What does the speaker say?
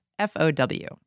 F-O-W